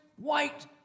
white